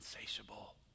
insatiable